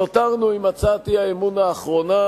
נותרנו עם הצעת האי-אמון האחרונה